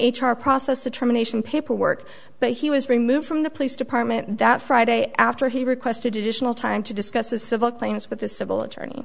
r process the terminations paperwork but he was removed from the police department that friday after he requested additional time to discuss the civil claims with the civil attorney